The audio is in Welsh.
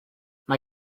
mae